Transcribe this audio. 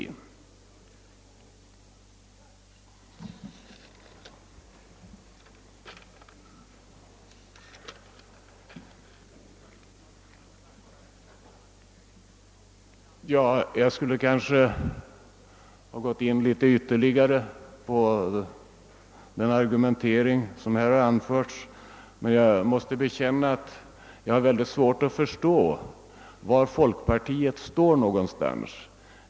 Jag skulle kanske ha gått in litet ytterligare på den argumentering som anförts, men jag måste bekänna att jag har mycket svårt att förstå var någonstans folkpartiet står.